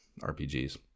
RPGs